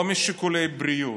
לא משיקולי בריאות,